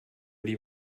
die